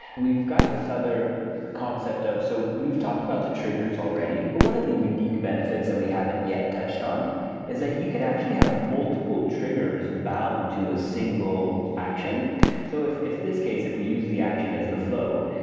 we've got this other concept of so we've talked about the triggers already, but one of the unique benefits that we haven't yet touched on is that you could actually have multiple triggers bound to a single action so if if this case, if we use the action as the flow,